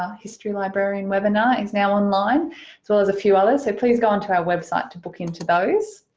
ah history librarian webinar is now online as well as a few others, so please go on to our website to book into those.